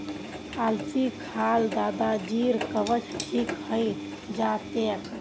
अलसी खा ल दादाजीर कब्ज ठीक हइ जा तेक